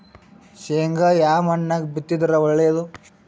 ಶೇಂಗಾ ಯಾ ಮಣ್ಣಾಗ ಬಿತ್ತಿದರ ಒಳ್ಳೇದು?